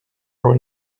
our